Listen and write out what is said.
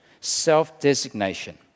self-designation